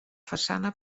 façana